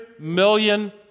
million